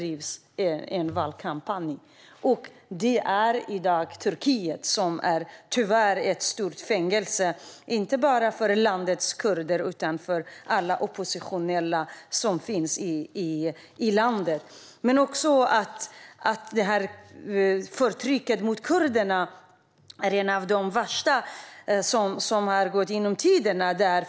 I dag är Turkiet tyvärr ett stort fängelse, inte bara för landets kurder utan för alla oppositionella i landet. Dagens förtryck av kurderna är ett av de värsta genom tiderna.